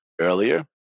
earlier